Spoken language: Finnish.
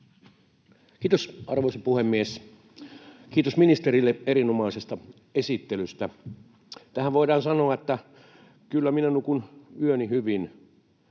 Kiitos, arvoisa puhemies! Kiitos ministerille erinomaisesta esittelystä. Tähän voidaan sanoa, että kyllä minä nukun yöni hyvin